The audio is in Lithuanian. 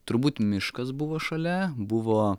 turbūt miškas buvo šalia buvo